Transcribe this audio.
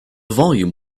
volume